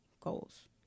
goals